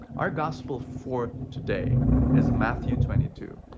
our gospel for today is matthew twenty two.